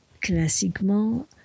classiquement